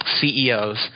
CEOs